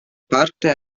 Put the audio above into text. parte